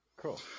Cool